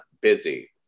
busy